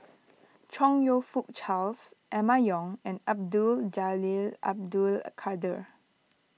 Chong You Fook Charles Emma Yong and Abdul Jalil Abdul Kadir